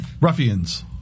Ruffians